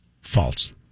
false